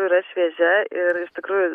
yra šviežia ir iš tikrųjų